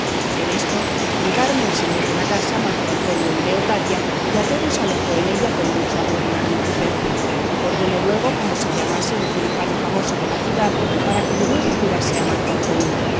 en esto llegaron el señor de la casa marco antonio y leocadia y a todos alojó en ella con mucho amor y magnificiencia ordenó luego como se llamase un cirujano famoso de la ciudad para que de nuevo curase a marco antonio